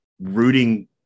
rooting